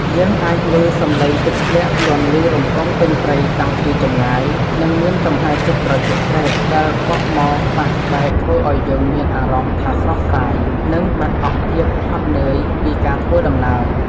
យើងអាចឮសំឡេងទឹកធ្លាក់លាន់ឮរំពងពេញព្រៃតាំងពីចម្ងាយ និង មានចំហាយទឹកត្រជាក់ស្រេបដែលបក់មកប៉ះស្បែកធ្វើឱ្យយើងមានអារម្មណ៍ថាស្រស់ស្រាយ និង បាត់អស់ភាពហត់នឿយពីការធ្វើដំណើរ។